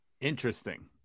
Interesting